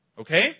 Okay